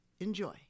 Enjoy